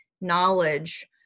knowledge